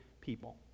people